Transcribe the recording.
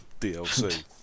DLC